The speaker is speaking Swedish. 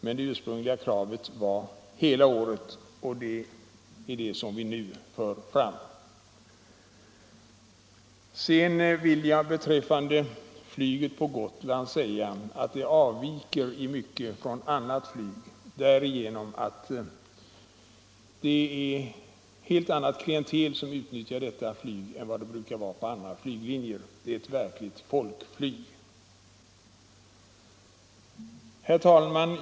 Men det ursprungliga kravet var hela året, och detta krav för vi nu fram. Flyget till och från Gotland avviker i mycket från annat flyg. Ett helt annat klientel än på andra flyglinjer utnyttjar detta flyg. Det är ett verkligt folkflyg. Herr talman!